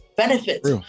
benefits